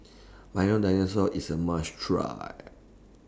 Milo Dinosaur IS A must Try